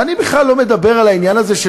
ואני בכלל לא מדבר על העניין הזה של